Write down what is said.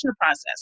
process